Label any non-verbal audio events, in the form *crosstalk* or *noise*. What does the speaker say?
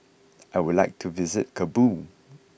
*noise* I would like to visit Kabul